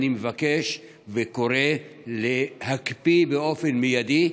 אני מבקש וקורא להקפיא באופן מיידי,